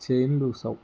chain loose ആകും